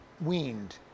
weaned